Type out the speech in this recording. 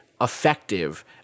effective